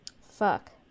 fuck